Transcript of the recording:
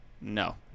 No